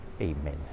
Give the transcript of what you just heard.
Amen